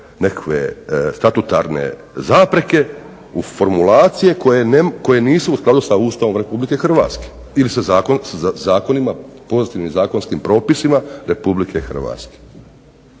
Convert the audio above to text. nekakve statutarne zapreke, formulacije koje nisu u skladu sa Ustavom RH ili sa zakonima, pozitivnim zakonskim propisima RH. Tako da se